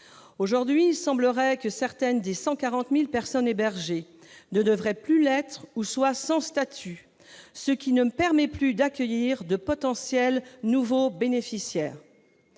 Aujourd'hui, il semblerait que certaines des 140 000 personnes hébergées ne devraient plus l'être ou soient sans statut, ce qui ne permet plus d'accueillir de potentiels nouveaux bénéficiaires.